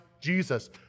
Jesus